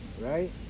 right